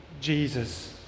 Jesus